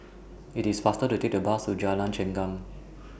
IT IS faster to Take The Bus to Jalan Chengam